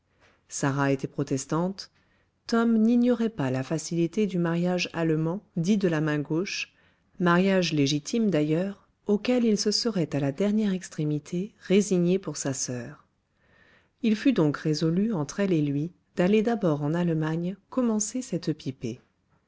sarah était protestante tom n'ignorait pas la facilité du mariage allemand dit de la main gauche mariage légitime d'ailleurs auquel il se serait à la dernière extrémité résigné pour sa soeur il fut donc résolu entre elle et lui d'aller d'abord en allemagne commencer cette pipée